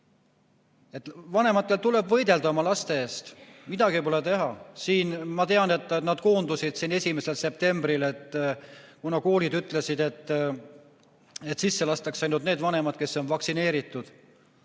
tõene. Vanematel tuleb võidelda oma laste eest, midagi pole teha. Ma tean, et nad koondusid 1. septembril, kuna koolid ütlesid, et sisse lastakse ainult need vanemad, kes on vaktsineeritud.